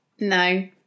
No